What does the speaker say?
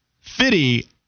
Fitty